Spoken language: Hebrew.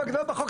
יש בחוק,